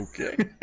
Okay